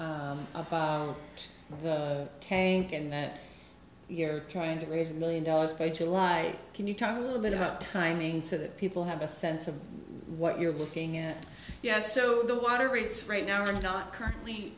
of the tank and that you're trying to raise a million dollars by july can you talk a little bit about timing so that people have a sense of what you're looking at yes so the water rates right now are not currently